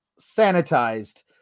sanitized